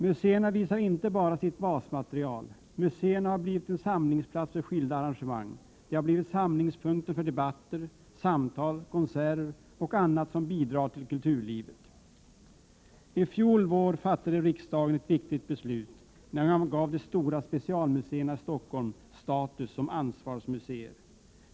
Museerna visar inte bara sitt basmaterial. Museerna har blivit en samlingsplats för skilda arrangemang. De har blivit samlingspunkten för debatter, samtal, konserter och annat som bidrar till kulturlivet. I fjol vår fattade riksdagen ett viktigt beslut när man gav de stora specialmuseerna i Stockholm status som ansvarsmuseer.